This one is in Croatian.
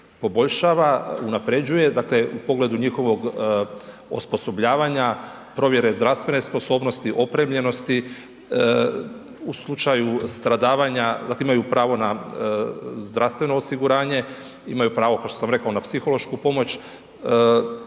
poboljšava, unapređuje, dakle u pogledu njihovog osposobljavanja, provjere zdravstvene sposobnosti, opremljenosti. U slučaju stradavanja, dakle imaju pravo na zdravstveno osiguranje, imaju pravo kao što sam rekao na psihološku pomoć,